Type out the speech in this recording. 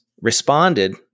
responded